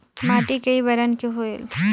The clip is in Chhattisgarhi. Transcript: माटी कई बरन के होयल?